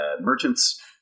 Merchants